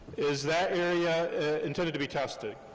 is that area intended to be tested,